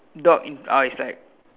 dog in uh it's like